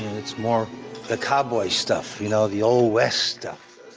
it's more the cowboy stuff, you know the old west stuff.